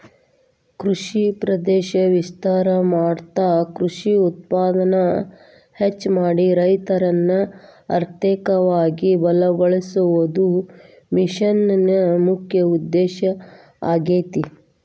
ಕೃಷಿ ಪ್ರದೇಶ ವಿಸ್ತಾರ ಮಾಡ್ತಾ ಕೃಷಿ ಉತ್ಪಾದನೆನ ಹೆಚ್ಚ ಮಾಡಿ ರೈತರನ್ನ ಅರ್ಥಧಿಕವಾಗಿ ಬಲಗೋಳಸೋದು ಮಿಷನ್ ನ ಮುಖ್ಯ ಉದ್ದೇಶ ಆಗೇತಿ